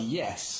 yes